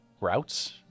routes